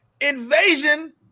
Invasion